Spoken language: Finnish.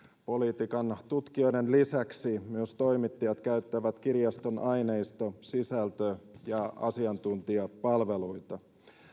politiikan tutkijoiden lisäksi myös toimittajat käyttävät kirjaston aineisto sisältö ja asiantuntijapalveluita